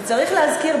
וצריך להזכיר,